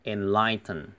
Enlighten